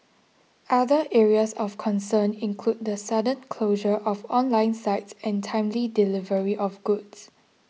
other areas of concern include the sudden closure of online sites and timely delivery of goods